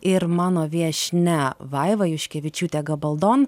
ir mano viešnia vaiva juškevičiūtė gabaldon